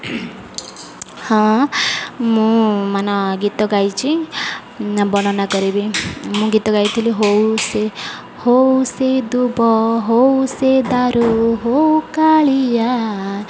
ହଁ ମୁଁ ମାନ ଗୀତ ଗାଇଛି ବର୍ଣ୍ଣନା କରିବି ମୁଁ ଗୀତ ଗାଇଥିଲି ହଉ ସେ ହଉ ସେ ଦୁବ ହଉ ସେ ଦାରୁ ହଉ କାଳିଆ